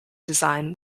design